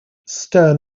stern